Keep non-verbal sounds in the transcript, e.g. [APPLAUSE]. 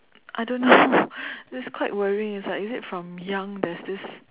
I don't know [LAUGHS] it's quite worrying it's like is it from young there's this